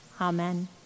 Amen